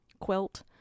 quilt